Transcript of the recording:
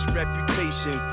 reputation